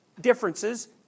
differences